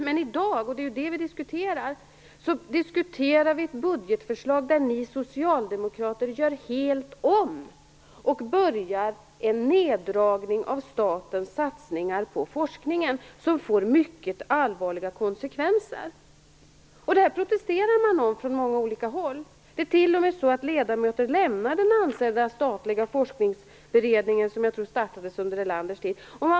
Men i dag, och det är ju det vi diskuterar, gäller det ett budgetförslag där ni socialdemokrater gör helt om och börjar en neddragning av statens satsningar på forskningen som får mycket allvarliga konsekvenser. Detta protesterar man mot från många olika håll. Ledamöter lämnar t.o.m. den ansedda statliga forskningsberedningen som jag tror startade under Erlanders tid.